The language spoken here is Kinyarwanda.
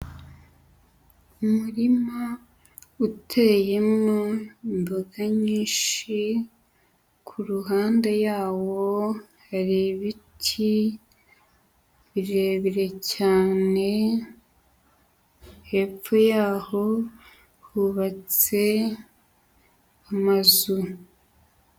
Umurima uteyemo imboga nyinshi, ku ruhande yawo hari ibiti birebire cyane, hepfo yaho hubatse amazu.